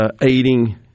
aiding